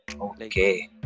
Okay